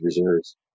reserves